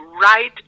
right